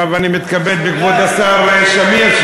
ועכשיו אני מתכבד בכבוד השר שמיר,